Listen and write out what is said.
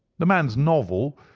the man's novel,